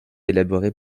élaboré